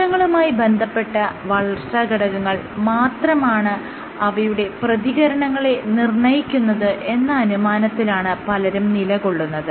കോശങ്ങളുമായി ബന്ധപ്പെട്ട "വളർച്ച ഘടകങ്ങൾ" മാത്രമാണ് അവയുടെ പ്രതികരണങ്ങളെ നിർണ്ണയിക്കുന്നത് എന്ന അനുമാനത്തിലാണ് പലരും നിലകൊള്ളുന്നത്